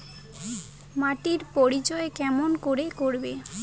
মাটির পরিচর্যা কেমন করে করব?